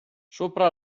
sopra